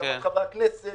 בהסכמת חברי הכנסת,